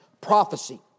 Prophecy